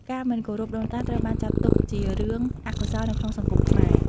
ការមិនគោរពដូនតាត្រូវបានចាត់ទុកជារឿងអកុសលនៅក្នុងសង្គមខ្មែរ។